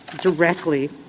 directly